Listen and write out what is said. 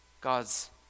God's